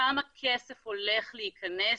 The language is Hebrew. כמה כסף הולך להיכנס